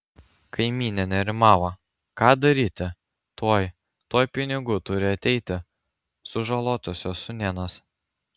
kaimynė nerimavo ką daryti tuoj tuoj pinigų turi ateiti sužalotosios sūnėnas